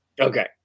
Okay